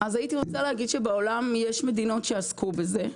אז הייתי רוצה להגיד שבעולם יש מדינות שעסקו בזה,